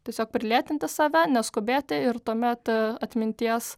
tiesiog prilėtinti save neskubėti ir tuomet atminties